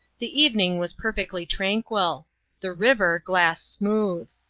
the evening was perfectly tranquil the river glass smooth.